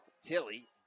Tilly